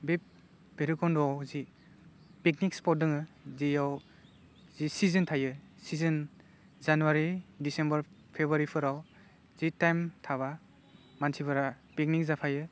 बे भैरबखन्ध'आव जि पिकनिक स्पट दङ जिआव जि सिजोन थायो सिजोन जानुवारि डिसिम्बर फेब्रुवारिफोराव जि टाइम थाबा मानसिफोरा पिकनिक जाफैयो